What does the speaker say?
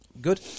good